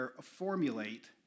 formulate